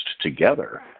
together